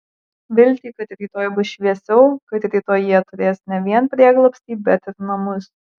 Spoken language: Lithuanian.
viltį kad rytoj bus šviesiau kad rytoj jie turės ne vien prieglobstį bet ir namus